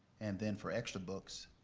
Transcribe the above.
and then for extra books,